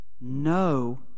no